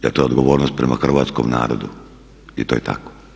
Jer to je odgovornost prema hrvatskom narodu i to je tako.